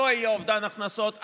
לא יהיה לאובדן הכנסות,